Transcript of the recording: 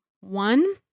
one